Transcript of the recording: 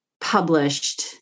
published